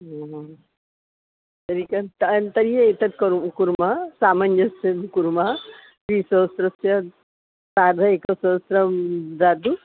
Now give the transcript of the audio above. तर्हि कति तां तर्हि एतत् करोतु कुर्मः सामञ्जस्यं कुर्मः त्रिसहस्रस्य सार्ध एकसहस्रं ददातु